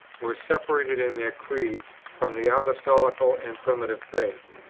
were separated in their creed from the apostolical and primitive faith.